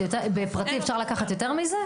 בפרטי אפשר לקחת יותר מזה?